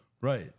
right